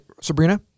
sabrina